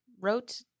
wrote